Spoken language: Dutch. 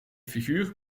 figuur